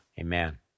amen